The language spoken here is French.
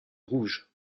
rouge